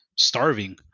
starving